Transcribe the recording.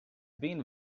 been